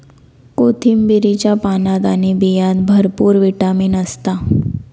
कोथिंबीरीच्या पानात आणि बियांत भरपूर विटामीन असता